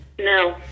No